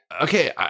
okay